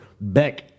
Beck